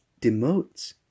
demotes